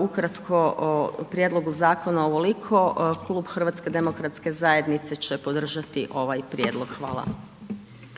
ukratko o prijedlogu zakona, ovoliko. Klub HDZ-a će podržati ovaj prijedlog. Hvala.